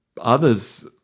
others